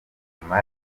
inyuma